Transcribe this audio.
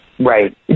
Right